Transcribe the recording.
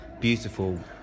beautiful